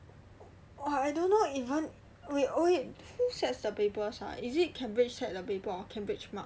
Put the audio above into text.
!wah! I don't know even wait wait who sets the paper sia is it cambridge set the paper or cambridge mark